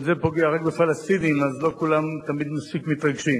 אבל זה פוגע רק בפלסטינים אז לא כולם מספיק מתרגשים,